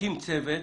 להקים צוות